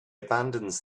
abandons